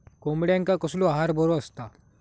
कोंबड्यांका कसलो आहार बरो असता?